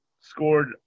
scored